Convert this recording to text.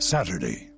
Saturday